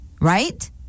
Right